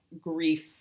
grief